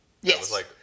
Yes